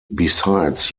besides